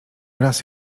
raz